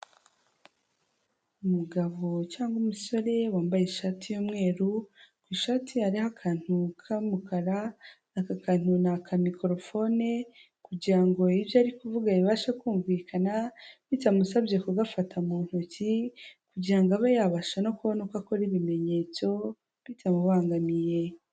Umugabo cyangwa umusore wambaye ishati y'umweru, ku ishati hariho akantu k'umukara, ako kantu ni aka mikorofone kugira ngo ibyo ari kuvuga bibashe kumvikana bitamusabye kugafata mu ntoki kugira ngo abe yabasha no kubona uko akora ibimenyetso bitamubangamiye.